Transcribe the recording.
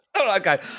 Okay